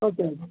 okay ആണ്